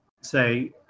say